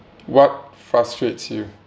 what frustrates you